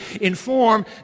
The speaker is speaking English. inform